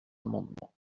amendement